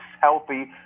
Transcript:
healthy